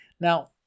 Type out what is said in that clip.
Now